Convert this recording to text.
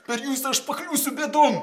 per jus aš pakliūsiu bėdon